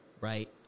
right